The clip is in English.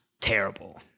terrible